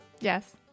Yes